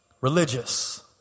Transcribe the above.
Religious